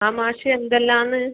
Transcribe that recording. ആ മാഷേ എന്തെല്ലാമാണ്